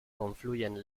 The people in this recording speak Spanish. confluyen